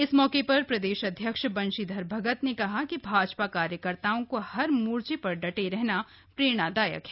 इस मौके पर प्रदेश अध्यक्ष बंशीधर भगत ने कहा की भाजपा कार्यकर्ताओं का हर मोर्चे पर डटे रहना प्रेरणादायक है